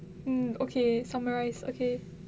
mm okay summarise okay